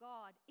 God